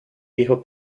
dijo